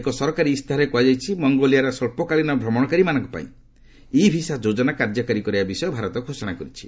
ଏକ ସରକାରୀ ଇସ୍ତାହାରରେ କୁହାଯାଇଛି ମଙ୍ଗୋଲିଆର ସ୍ୱଚ୍ଚକାଳୀନ ଭ୍ରମଣକାରୀମାନଙ୍କ ପାଇଁ ଇ ଭିସା ଯୋଜନା କାର୍ଯ୍ୟକାରୀ କରିବା ବିଷୟ ଭାରତ ଘୋଷଣା କରିଛି